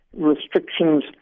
restrictions